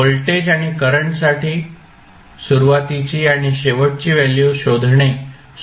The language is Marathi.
व्होल्टेज आणि करंटसाठी सुरुवातीची आणि शेवटची व्हॅल्यू शोधणे सोपे आहे